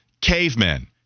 cavemen